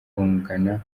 kungana